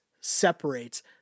separates